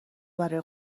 برای